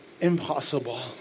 impossible